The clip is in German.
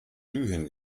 glühen